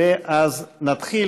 ואז נתחיל.